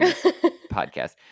podcast